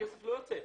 הכסף לא יוצא.